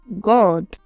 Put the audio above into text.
God